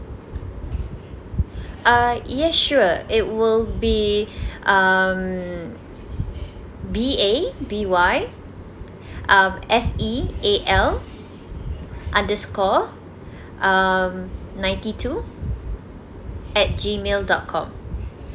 uh yes sure it will be um B A B Y um S E A L underscore um ninety two at G mail dot com